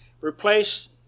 Replace